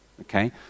Okay